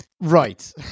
Right